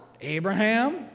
Abraham